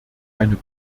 eine